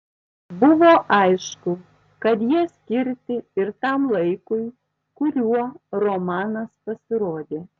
buvo aišku kad jie skirti ir tam laikui kuriuo romanas pasirodė